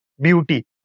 beauty